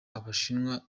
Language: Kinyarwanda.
abashinwa